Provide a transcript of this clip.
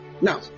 Now